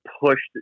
pushed